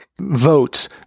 Votes